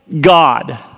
God